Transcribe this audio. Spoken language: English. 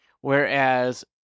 Whereas